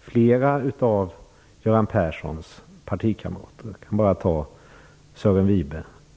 flera av Göran Perssons partikamrater, t.ex. Sören Wibe.